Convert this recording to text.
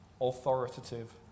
authoritative